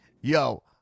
Yo